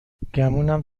گمونم